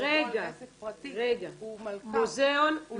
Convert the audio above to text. גם מוזיאון הוא